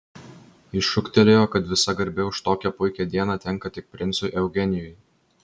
jis šūktelėjo kad visa garbė už tokią puikią dieną tenka tik princui eugenijui